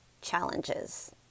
challenges